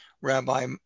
Rabbi